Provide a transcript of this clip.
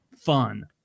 fun